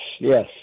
yes